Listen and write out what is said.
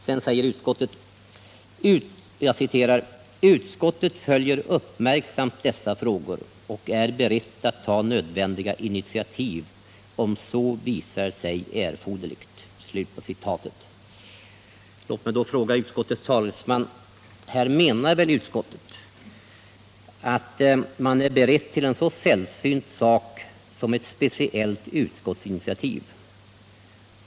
Sedan säger utskottet: ”Utskottet följer dock uppmärksamt dessa frågor och är berett att ta nödvändiga initiativ om så visar sig erforderligt.” Låt mig då fråga utskottets talesman: Här menar väl utskottet att man är beredd till en så sällsynt sak som ett speciellt utskottsinitiativ.